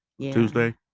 tuesday